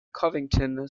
covington